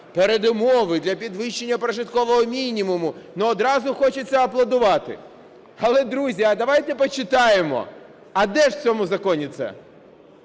передумови для підвищення прожиткового мінімуму, одразу хочеться аплодувати. Але, друзі, а давайте почитаємо, а де ж в цьому законі це?